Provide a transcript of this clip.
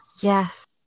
Yes